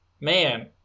man